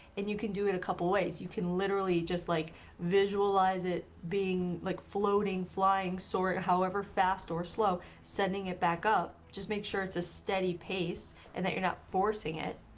and you can do it a couple ways you can literally just like visualize it like floating flying soaring however fast or slow sending it back up. just make sure it's a steady pace and that you're not forcing it,